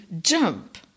jump